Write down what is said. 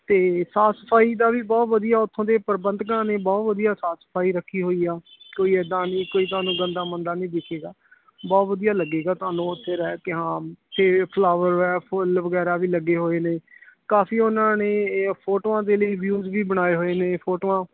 ਅਤੇ ਸਾਫ਼ ਸਫਾਈ ਦਾ ਵੀ ਬਹੁਤ ਵਧੀਆ ਉੱਥੋਂ ਦੇ ਪ੍ਰਬੰਧਕਾਂ ਨੇ ਬਹੁਤ ਵਧੀਆ ਸਾਫ਼ ਸਫਾਈ ਰੱਖੀ ਹੋਈ ਆ ਕੋਈ ਇੱਦਾਂ ਨਹੀਂ ਕੋਈ ਤੁਹਾਨੂੰ ਗੰਦਾ ਮੰਦਾ ਨਹੀਂ ਦਿੱਸੇਗਾ ਬਹੁਤ ਵਧੀਆ ਲੱਗੇਗਾ ਤੁਹਾਨੂੰ ਉੱਥੇ ਰਹਿ ਕੇ ਹਾਂ ਅਤੇ ਫਲਾਵਰ ਹੈ ਫੁੱਲ ਵਗੈਰਾ ਵੀ ਲੱਗੇ ਹੋਏ ਨੇ ਕਾਫੀ ਉਹਨਾਂ ਨੇ ਇਹ ਫੋਟੋਆਂ ਦੇ ਲਈ ਵਿਊਜ ਵੀ ਬਣਾਏ ਹੋਏ ਨੇ ਫੋਟੋਆਂ